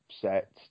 set